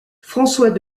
françois